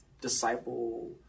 disciple